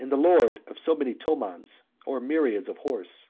and the lord of so many tomans, or myriads, of horse,